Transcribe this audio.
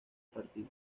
partido